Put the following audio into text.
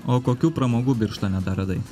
o kokių pramogų birštone dar radai